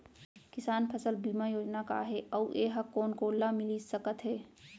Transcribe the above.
किसान फसल बीमा योजना का हे अऊ ए हा कोन कोन ला मिलिस सकत हे?